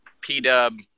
P-Dub